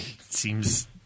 seems